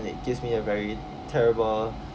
and it gives me a very terrible